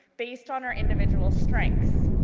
based on our individual strengths.